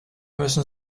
müssen